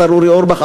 השר אורי אורבך,